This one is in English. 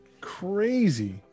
crazy